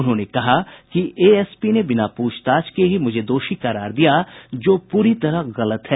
उन्होंने कहा कि एएसपी ने बिना पूछताछ किये ही मुझे दोषी करार दिया जो पूरी तरह गलत है